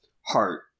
heart